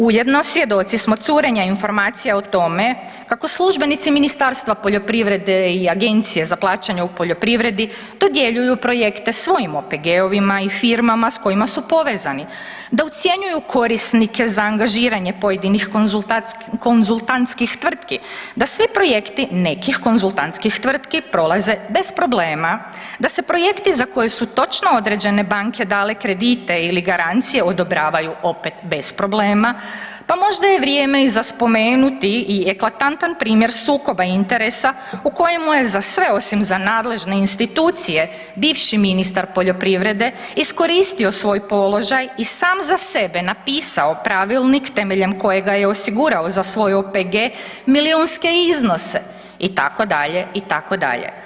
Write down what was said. Ujedno svjedoci smo curenja informacija o tome kako službenici Ministars5tva poljoprivrede i agencije za plaćanje u poljoprivredi dodjeljuju projekte svojim OPG-ovima i firmama s kojima su povezani, da ucjenjuju korisnike za angažiranje pojedinih konzultantskih tvrtki, da svi projekti nekih konzultantskih tvrtki prolaze bez problema, da se projekti za koje su točno određene banke dale kredite ili garancije odobravaju opet bez problema, pa možda je vrijeme i za spomenuti i eklatantan primjer sukoba interesa u kojemu je za sve osim za nadležne institucije, bivši ministar poljoprivrede iskoristio svoj položaj i sam za sebe napisao pravilnik temeljem kojega je osigurao za svoj OPG milijunske iznose itd., itd.